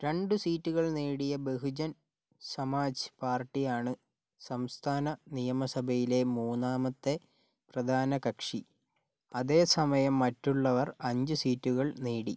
രണ്ട് സീറ്റുകൾ നേടിയ ബഹുജൻ സമാജ് പാർട്ടി ആണ് സംസ്ഥാന നിയമസഭയിലെ മൂന്നാമത്തെ പ്രധാന കക്ഷി അതേസമയം മറ്റുള്ളവർ അഞ്ച് സീറ്റുകൾ നേടി